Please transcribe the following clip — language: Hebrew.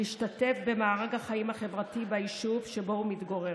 להשתתף במארג החיים החברתי ביישוב שבו הוא מתגורר,